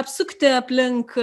apsukti aplink